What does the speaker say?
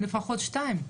לפחות שתיים.